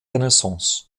renaissance